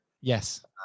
Yes